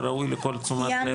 וראוי לתשומת הלב הציבורית.